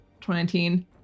2019